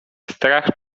strach